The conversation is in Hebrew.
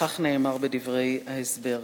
וכך נאמר בדברי ההסבר: